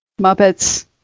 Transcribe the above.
Muppets